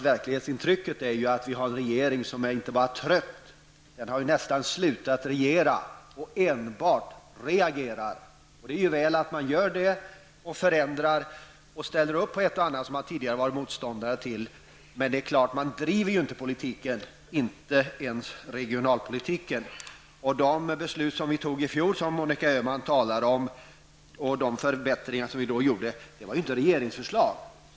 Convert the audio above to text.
Verklighetsintrycket är annars att vi har en regering som inte bara är trött, utan nästan slutat regera. Den reagerar enbart. Det är väl att den gör det och ställer upp på ett och annat som man tidigare var motståndare till. Men man driver självfallet inte politiken, inte ens regionalpolitiken. De beslut som vi fattade i fjol som Monica Öhman talar om och de förbättringar som då genomfördes, var inte ett resultat av regeringsförslag.